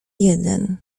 jeden